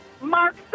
Mark